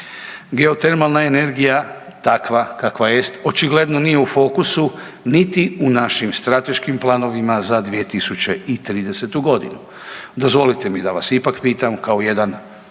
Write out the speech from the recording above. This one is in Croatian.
Geotermalna energija takva kakva jest očigledno nije u fokusu niti u našim strateškim planovima za 2030.g. Dozvolite mi da vas ipak pitam kao jedan